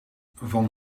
van